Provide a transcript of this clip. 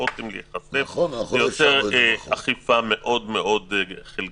רוצים להיחשף וזה יוצר אכיפה מאוד חלקית.